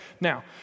Now